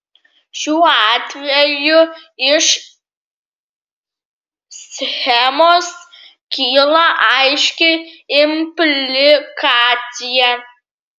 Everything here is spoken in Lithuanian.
šiuo atveju iš schemos kyla aiški implikacija